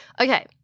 Okay